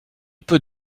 peux